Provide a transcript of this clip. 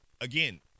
again